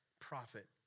prophet